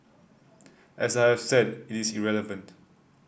as I have said it is irrelevant